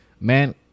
man